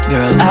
Girl